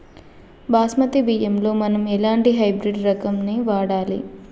బాస్మతి బియ్యంలో మనం ఎలాంటి హైబ్రిడ్ రకం ని వాడాలి?